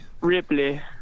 Ripley